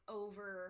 over